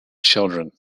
children